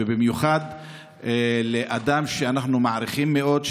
ובמיוחד לאדם שאנחנו מעריכים מאוד,